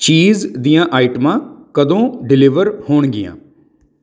ਚੀਜ਼ ਦੀਆਂ ਆਈਟਮਾਂ ਕਦੋਂ ਡਿਲੀਵਰ ਹੋਣਗੀਆਂ